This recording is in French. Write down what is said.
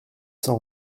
sans